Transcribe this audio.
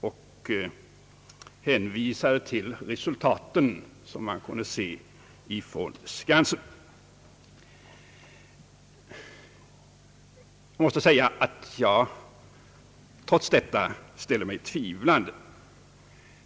Jag är inte lika säker som herr Lidgard när det gäller den saken.